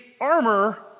armor